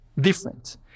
different